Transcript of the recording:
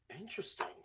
Interesting